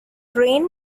rain